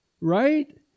Right